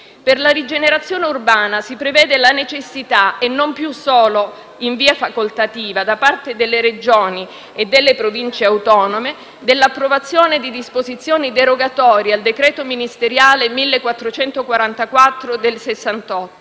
Per la rigenerazione urbana si prevede la necessità e non più solo in via facoltativa, da parte delle Regioni e delle Province autonome, dell'approvazione di disposizioni derogatorie al decreto ministeriale n. 1444 del 1968